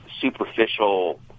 superficial